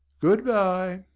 good-bye!